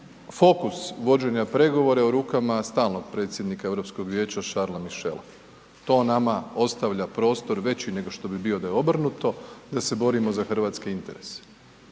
fokus vođenja pregovora je u rukama stalnog predsjednika Europskog Vijeća Charlesa Michela, to nama ostavlja prostor veći nego što bi bio da je obrnuto da se borimo za hrvatske interese